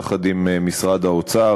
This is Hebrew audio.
יחד עם משרד האוצר,